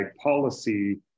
policy